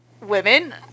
women